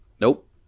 Nope